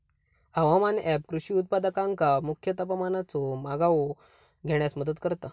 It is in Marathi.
हवामान ऍप कृषी उत्पादकांका मुख्य तापमानाचो मागोवो घेण्यास मदत करता